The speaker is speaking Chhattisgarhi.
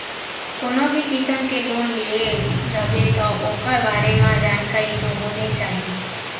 कोनो भी किसम के लोन लिये रबे तौ ओकर बारे म जानकारी तो होने चाही